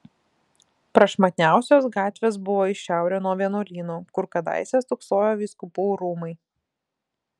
prašmatniausios gatvės buvo į šiaurę nuo vienuolyno kur kadaise stūksojo vyskupų rūmai